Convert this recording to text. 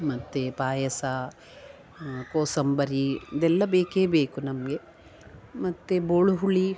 ಮತ್ತು ಪಾಯಸ ಕೋಸಂಬರಿ ಇದೆಲ್ಲ ಬೇಕೇ ಬೇಕು ನಮಗೆ ಮತ್ತು ಬೋಳು ಹುಳಿ